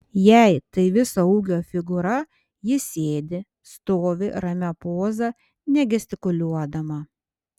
jei tai viso ūgio figūra ji sėdi stovi ramia poza negestikuliuodama